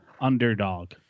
underdog